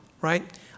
right